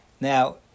Now